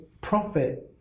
profit